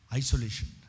isolation